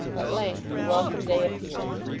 at length the welcome day appeared.